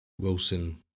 Wilson